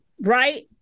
right